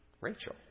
Rachel